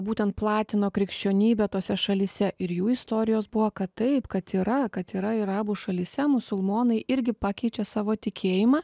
būtent platino krikščionybę tose šalyse ir jų istorijos buvo kad taip kad yra kad yra arabų šalyse musulmonai irgi pakeičia savo tikėjimą